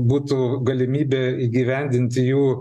būtų galimybė įgyvendinti jų